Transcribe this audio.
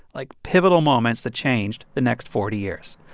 like, pivotal moments that changed the next forty years.